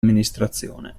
amministrazione